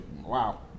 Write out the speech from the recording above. Wow